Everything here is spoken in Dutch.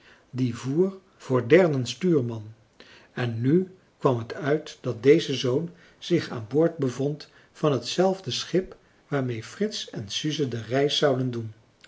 die voer voor derden stuurman en nu kwam het uit dat deze zoon zich aan boord bevond van hetzelfde schip waarmee frits en suze de reis zouden doen